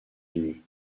unis